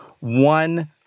One